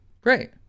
great